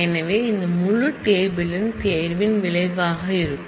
எனவே இந்த முழு டேபிள் ம் தேர்வின் விளைவாக இருக்கும்